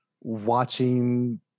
watching